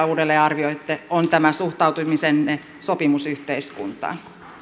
uudelleen arvioitte suhtautumistanne sopimusyhteiskuntaan